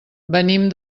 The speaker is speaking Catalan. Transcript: venim